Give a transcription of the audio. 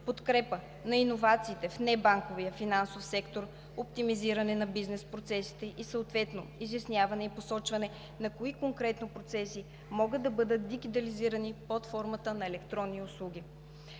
подкрепа на иновациите в небанковия финансов сектор; - оптимизиране на бизнес процесите и съответно изясняване и посочване кои конкретно процеси могат да бъдат дигитализирани под формата на електронни услуги;